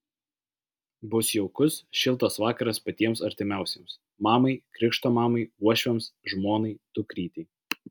bus jaukus šiltas vakaras patiems artimiausiems mamai krikšto mamai uošviams žmonai dukrytei